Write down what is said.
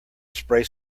spray